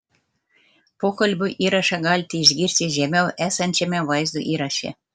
pokalbio įrašą galite išgirsti žemiau esančiame vaizdo įraše